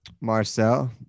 Marcel